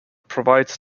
provides